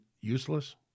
useless